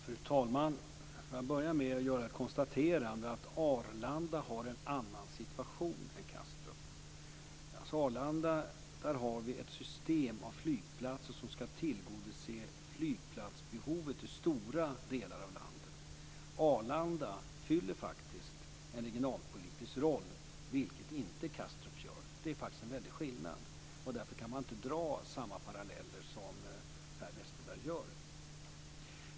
Fru talman! Jag vill börja med att konstatera att vi har en annan situation på Arlanda än på Kastrup. På Arlanda har vi ett system av flygplatser som ska tillgodose flygplatsbehovet i stora delar av landet. Arlanda spelar faktiskt en regionalpolitisk roll, vilket inte Kastrup gör. Det finns en väldig skillnad. Därför kan man inte dra samma paralleller som Per Westerberg gör.